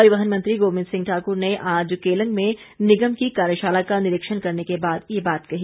परिवहन मंत्री गोविंद सिंह ठाक्र आज केलंग में निगम की कार्यशाला का निरीक्षण करने के बाद ये बात कही